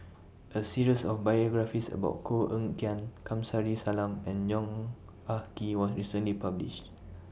A series of biographies about Koh Eng Kian Kamsari Salam and Yong Ah Kee was recently published